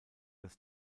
das